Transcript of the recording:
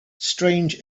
strange